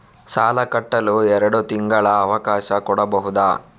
ಸಾಲ ಕಟ್ಟಲು ಎರಡು ತಿಂಗಳ ಅವಕಾಶ ಕೊಡಬಹುದಾ?